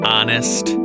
Honest